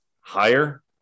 Higher